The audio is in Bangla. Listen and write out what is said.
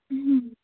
হুম